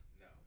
No